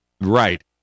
Right